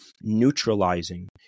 neutralizing